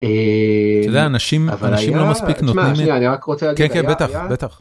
אתה יודע אנשים, אנשים לא מספיק נותנים לךף, כן כן בטח בטח.